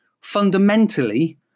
Fundamentally